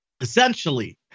essentially